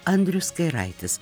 andrius kairaitis